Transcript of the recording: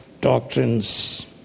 doctrines